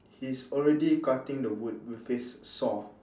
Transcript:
he's already cutting the wood with his saw